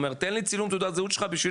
אומר תן לי צילום תעודת זהות שלך בשביל